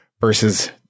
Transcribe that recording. versus